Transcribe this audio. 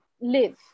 live